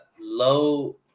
low